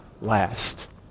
last